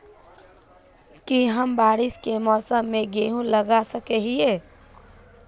की हम बारिश के मौसम में गेंहू लगा सके हिए?